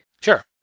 Sure